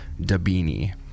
dabini